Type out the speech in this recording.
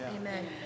Amen